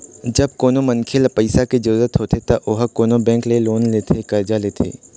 जब कोनो मनखे ल पइसा के जरुरत होथे त ओहा कोनो बेंक ले लोन लेथे करजा लेथे